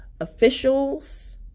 officials